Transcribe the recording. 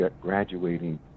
graduating